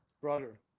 Brother